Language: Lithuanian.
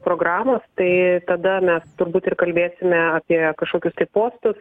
programos tai tada mes turbūt ir kalbėsime apie kažkokius tai postus